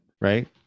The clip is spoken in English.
right